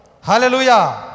Hallelujah